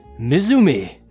mizumi